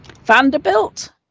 vanderbilt